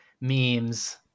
memes